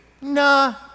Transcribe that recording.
nah